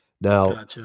Now